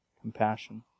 compassion